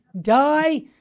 die